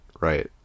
right